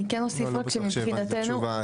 אני לא בטוח שהבנתי את התשובה,